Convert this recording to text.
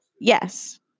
Yes